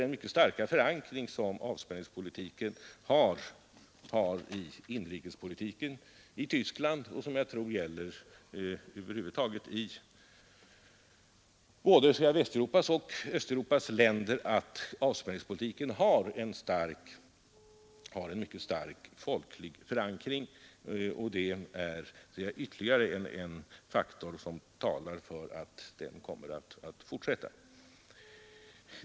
Den mycket starka förankring som avspänningspolitiken har i inrikespolitiken i Tyskland — över huvud taget har avspänningspolitiken i både Västeuropas och Östeuropas länder en mycket stark folklig förankring — är ytterligare en faktor som talar för att avspänningen kommer att fortsätta.